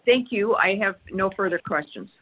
thank you i have no further questions